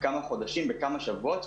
כמה חודשים וכמה שבועות,